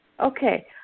Okay